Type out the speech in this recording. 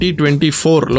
2024